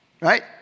Right